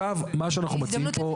מה שאנחנו מציעים פה.